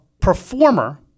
performer